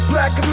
Black